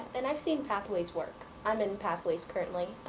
and i've seen pathways work. i'm in pathways currently.